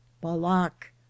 balak